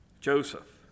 Joseph